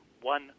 one